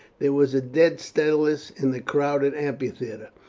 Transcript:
there was a dead stillness in the crowded amphitheatre,